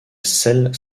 celle